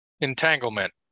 entanglement